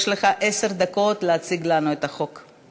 יש לך עשר דקות להציג לנו את החוק.